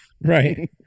Right